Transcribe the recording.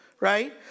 right